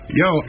yo